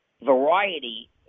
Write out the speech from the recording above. Variety